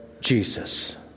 Jesus